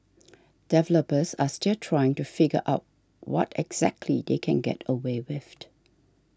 developers are still trying to figure out what exactly they can get away with